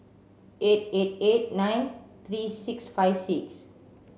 eight eight eight nine three six five six